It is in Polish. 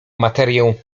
materię